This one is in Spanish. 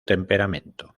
temperamento